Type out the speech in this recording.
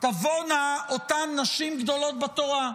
תבואנה אותן נשים גדולות בתורה.